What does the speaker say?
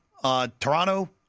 Toronto